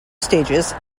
stages